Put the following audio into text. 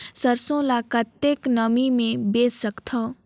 सरसो ल कतेक नमी मे बेच सकथव?